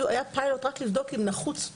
היה פיילוט רק לבדוק אם הוא נחוץ,